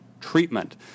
treatment